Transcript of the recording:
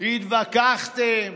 התווכחתם,